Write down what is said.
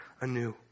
anew